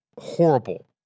horrible